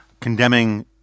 condemning